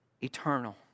eternal